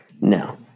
No